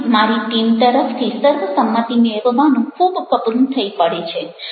મને મારી ટીમ તરફથી સર્વસંમતિ મેળવવાનું ખૂબ કપરું થઇ પડે છે